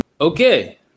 Okay